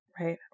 Right